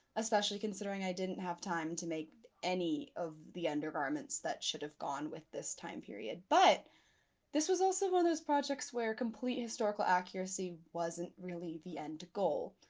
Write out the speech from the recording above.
especially considering i didn't have time to make any of the undergarments that should have gone with this time period, but this was also those projects where complete historical accuracy wasn't really the end goal.